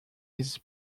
his